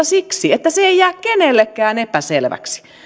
siksi että se ei jää kenellekään epäselväksi